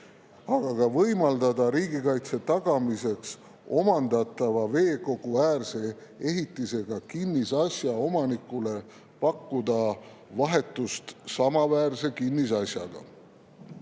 aga ka võimaldada riigikaitse tagamiseks omandatava veekoguäärse ehitisega kinnisasja omanikule pakkuda vastu samaväärset kinnisasja.